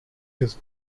this